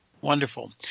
Wonderful